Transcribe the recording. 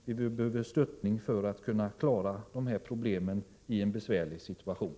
Vi behöver stöd för att kunna klara problemen i en besvärlig situation.